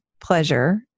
pleasure